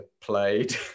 played